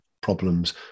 problems